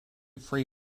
free